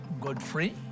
Godfrey